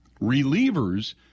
Relievers